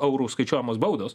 eurų skaičiuojamos baudos